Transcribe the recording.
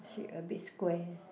she a bit square